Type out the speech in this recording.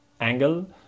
angle